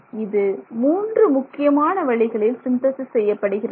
இது மூன்று முக்கியமான வழிகளில் சிந்தேசிஸ் செய்யப்படுகிறது